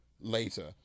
later